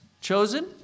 chosen